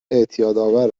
اعتیادآور